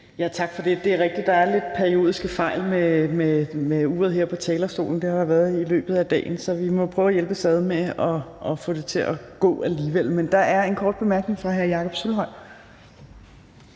Tak for det. Det er rigtigt, at der er lidt periodiske fejl med uret her på talerstolen. Det har der været i løbet af dagen, så vi må prøve at hjælpes ad med at få det til at gå alligevel. Men der er en kort bemærkning fra hr. Jakob Sølvhøj.